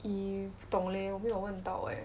eh 不懂 leh 没有问到 leh